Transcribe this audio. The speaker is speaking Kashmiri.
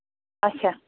اَچھا